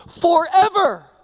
forever